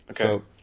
Okay